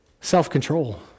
self-control